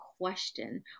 question